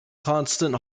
constant